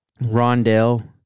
Rondell